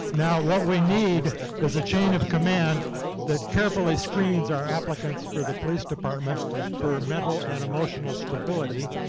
now, what we need is a chain of command that carefully screens our applicants for the police department for mental and emotional stability,